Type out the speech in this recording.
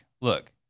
Look